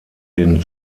den